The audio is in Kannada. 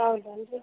ಹೌದನು ರೀ